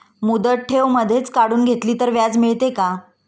मुदत ठेव मधेच काढून घेतली तर व्याज मिळते का?